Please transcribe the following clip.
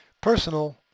personal